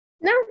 No